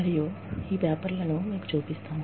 మరియు ఈ పేపర్లను మీకు చూపిస్తాను